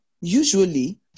usually